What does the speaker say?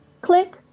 Click